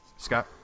Scott